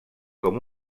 com